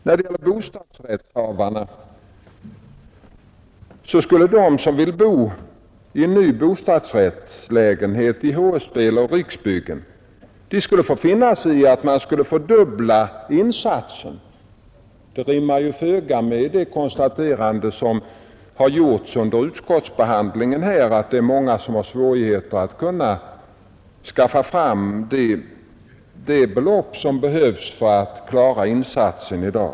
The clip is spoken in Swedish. När det gäller bostadsrätts havarna skulle de som vill bo i en ny bostadsrättslägenhet i HSB eller Riksbyggen få finna sig i fördubblade insatser. Det rimmar föga med det konstaterande som gjorts under utskottsbehandlingen att det är många som har svårigheter att skaffa fram det belopp som behövs för att klara insatsen i dag.